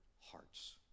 hearts